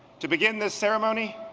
to begin this ceremony